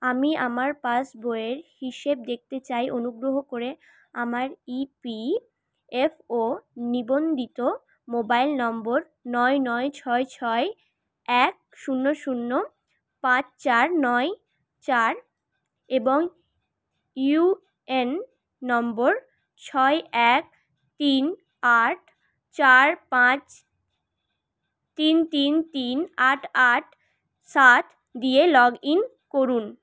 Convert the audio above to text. আমি আমার পাস বইয়ের হিসেব দেখতে চাই অনুগ্রহ করে আমার ইপিএফও নিবন্ধিত মোবাইল নম্বর নয় নয় ছয় ছয় এক শূন্য শূন্য পাঁচ চার নয় চার এবং ইউএন নম্বর ছয় এক তিন আট চার পাঁচ তিন তিন তিন আট আট সাত দিয়ে লগ ইন করুন